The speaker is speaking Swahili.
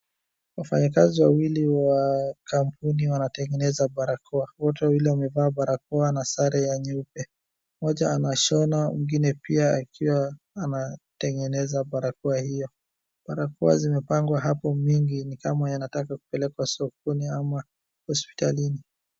Wafanyakazi wawili wa kampuni wanatengeneza barakoa. Wote wawili wamevaa barakoa na sare ya nyeupe. Mmoja anashona, mwingine pia akiwa anatengeneza barakoa hiyo. Barakoa zimepangwa hapo mingi ni kama yanataka kupelekwa sokoni ama hospitalini.